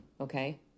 okay